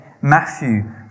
Matthew